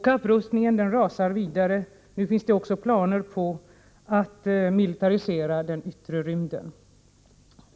Kapprustningen rasar vidare. Nu finns det också planer på att militarisera yttre rymden.